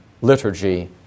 liturgy